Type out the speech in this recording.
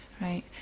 right